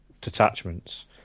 detachments